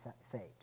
saved